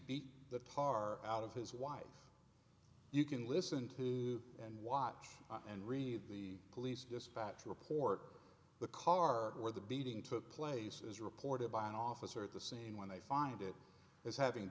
beat the tar out of his wife you can listen to and watch and read the police dispatch report the car where the beating took place is reported by an officer at the scene when they find it is having